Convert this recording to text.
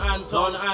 Anton